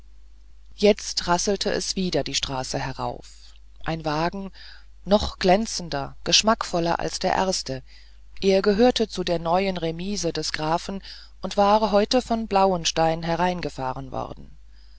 jetzt rasselte es wieder die straße herauf ein wagen noch glänzender geschmackvoller als der erste er gehörte zu der neuen remise des grafen und war heute von blauenstein hereingefahren worden